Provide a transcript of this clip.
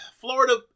Florida